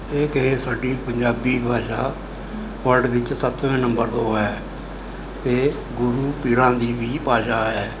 ਇਹ ਇਹ ਸਾਡੀ ਪੰਜਾਬੀ ਭਾਸ਼ਾ ਵਰਲਡ ਵਿੱਚ ਸੱਤਵੇਂ ਨੰਬਰ ਤੋਂ ਹੈ ਅਤੇ ਗੁਰੂ ਪੀਰਾਂ ਦੀ ਵੀ ਭਾਸ਼ਾ ਹੈ